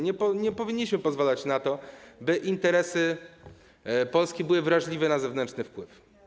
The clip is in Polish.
Nie powinniśmy pozwalać na to, by interesy Polski były wrażliwe na zewnętrzny wpływ.